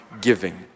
giving